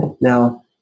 Now